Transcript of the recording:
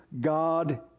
God